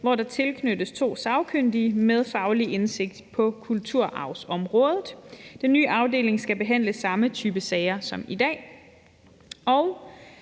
hvor der tilknyttes to sagkyndige med faglig indsigt på kulturarvsområdet. Den nye afdeling skal behandle samme type sager som i dag.«